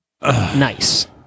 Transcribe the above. Nice